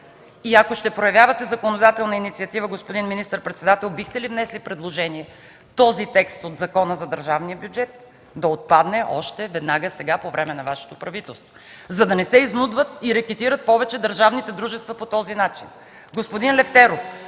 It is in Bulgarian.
И ако ще проявявате законодателна инициатива, господин министър-председател, бихте ли внесли предложение този текст от Закона за държавния бюджет да отпадне още веднага, сега, по време на Вашето правителство, за да не се изнудват и рекетират повече държавните дружества по този начин?